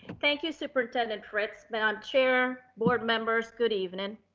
thank you, superintendent fritz, madam chair, board members, good evening.